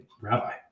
rabbi